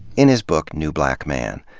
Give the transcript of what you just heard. in his book new black man,